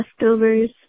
leftovers